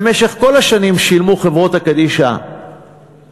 במשך כל השנים שילמו חברות קדישא ארנונה,